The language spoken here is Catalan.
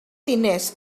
diners